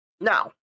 Now